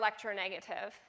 electronegative